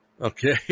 Okay